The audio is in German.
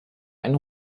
einen